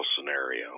scenario